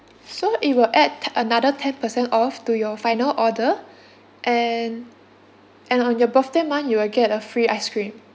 so it will add t~ another ten percent off to your final order and and on your birthday month you will get a free ice cream